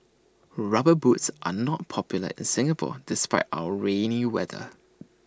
rubber boots are not popular in Singapore despite our rainy weather